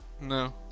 no